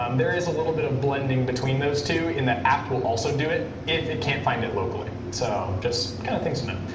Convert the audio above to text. um there is a little bit of blending between those two in that apt will also do it if it can't find it locally. so just kind of things to know.